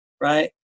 Right